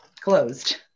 closed